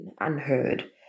unheard